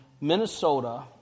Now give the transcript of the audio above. Minnesota